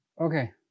Okay